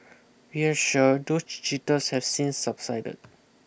we're sure those jitters have since subsided